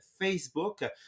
facebook